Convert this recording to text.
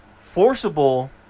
forcible